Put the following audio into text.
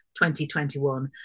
2021